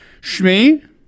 Shmi